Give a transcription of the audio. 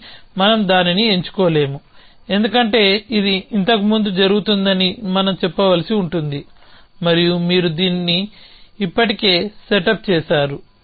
కానీ మనం దానిని ఎంచుకోలేము ఎందుకంటే ఇది ఇంతకు ముందు జరుగుతుందని మనం చెప్పవలసి ఉంటుంది మరియు మీరు ఇప్పటికే దీన్ని సెటప్ చేసారు